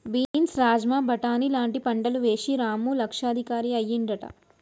beans rajma బాటని లాంటి పంటలు వేశి రాము లక్షాధికారి అయ్యిండట